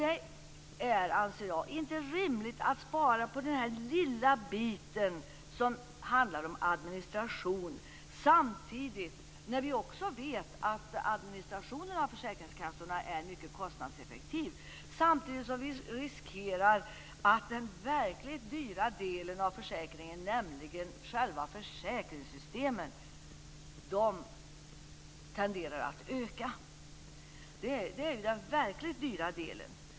Jag anser att det inte är rimligt att spara på den lilla del som avser administration av försäkringen - och som vi vet är mycket kostnadseffektiv - samtidigt som vi riskerar att den verkligt dyra delen, nämligen själva försäkringssystemen, tenderar att växa sig större. Det är den verkligt dyra delen.